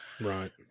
right